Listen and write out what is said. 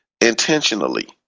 Intentionally